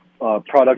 products